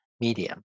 medium